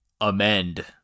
amend